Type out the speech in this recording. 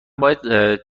باید